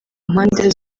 mpande